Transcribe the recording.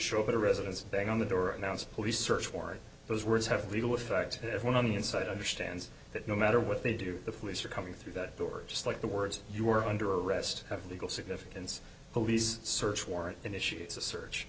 show up at a residence thing on the door announce a police search warrant those words have legal effect if one on the inside understands that no matter what they do the police are coming through that door just like the words you're under arrest have legal significance police search warrant and issues a search